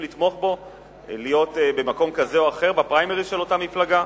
לתמוך בו להיות במקום כזה או אחר בפריימריס של אותה מפלגה,